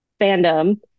fandom